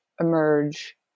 emerge